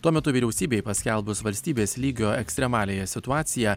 tuo metu vyriausybei paskelbus valstybės lygio ekstremaliąją situaciją